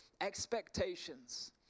expectations